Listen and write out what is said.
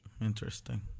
Interesting